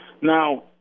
now